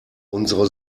unsere